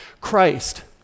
Christ